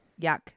yuck